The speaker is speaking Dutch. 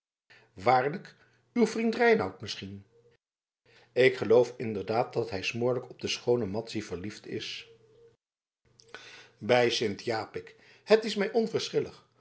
waarlijk uw vriend reinout misschien ik geloof inderdaad dat hij smoorlijk op de schoone madzy verliefd is bij sint japik het is mij